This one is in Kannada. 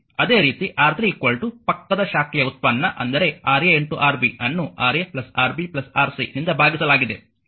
ಅದೇ ರೀತಿ R3 ಪಕ್ಕದ ಶಾಖೆಯ ಉತ್ಪನ್ನ ಅಂದರೆ Ra Rb ಅನ್ನು Ra Rb Rc ನಿಂದ ಭಾಗಿಸಲಾಗಿದೆ